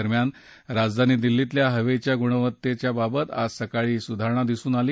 दरम्यान राजधानी दिल्लीतल्या हवेच्या गुणवत्तेत आज सकाळी सुधारणा दिसून आली